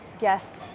guest